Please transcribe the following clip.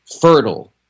fertile